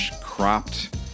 cropped